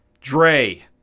Dre